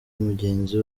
mugenzi